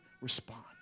respond